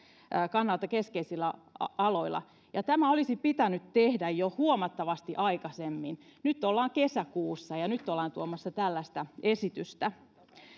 kannalta keskeisillä aloilla ja tämä olisi pitänyt tehdä jo huomattavasti aikaisemmin nyt ollaan kesäkuussa ja ja nyt ollaan tuomassa tällaista esitystä